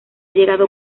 llegado